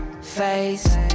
face